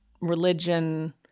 religion